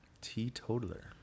Teetotaler